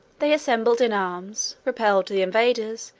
they assembled in arms, repelled the invaders,